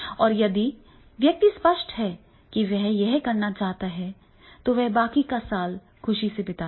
और यदि व्यक्ति स्पष्ट है कि वह क्या करना चाहता है तो वह बाकी के साल खुशी से बिताएगा